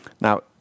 Now